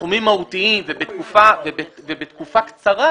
בסכומים מהותיים ובתקופה קצרה,